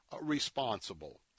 responsible